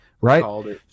right